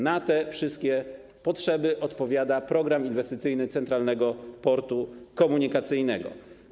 Na te wszystkie potrzeby odpowiada program inwestycyjny Centralnego Portu Komunikacyjnego.